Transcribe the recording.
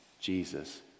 Jesus